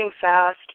fast